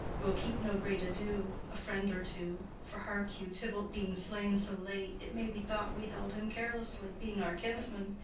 we'll keep no great ado a friend or two for hark you, tybalt being slain so late, it may be thought we held him carelessly, being our kinsman,